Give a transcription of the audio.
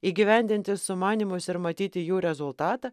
įgyvendinti sumanymus ir matyti jų rezultatą